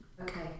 Okay